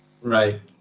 right